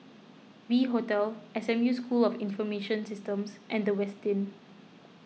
V Hotel S M U School of Information Systems and the Westin